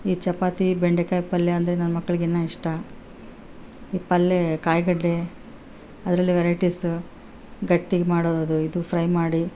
ಈ ಚಪಾತಿ ಬೆಂಡೆಕಾಯಿ ಪಲ್ಯ ಅಂದರೆ ನನ್ನ ಮಕ್ಳಿಗೆ ಇನ್ನೂ ಇಷ್ಟ ಈ ಪಲ್ಯೆ ಕಾಯಿಗಡ್ಡೆ ಅದರಲ್ಲಿ ವೆರೈಟೀಸು ಗಟ್ಟಿಗೆ ಮಾಡೋದು ಇದು ಫ್ರೈ ಮಾಡಿ